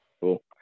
Cool